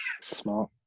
Smart